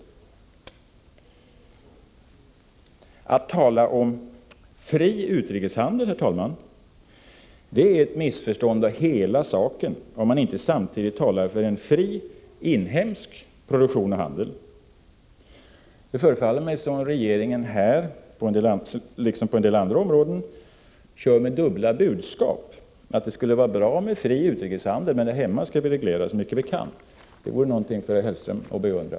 Att tala om fri utrikeshandel, herr talman, det visar på ett missförstånd när det gäller hela saken, om man inte samtidigt talar för en fri inhemsk produktion och handel. Det förefaller som om regeringen här, liksom på en del andra områden, kör med dubbla budskap — det skulle vara bra med fri utrikeshandel, men här hemma skall vi reglera så mycket vi kan. Det vore någonting för herr Hellström att begrunda!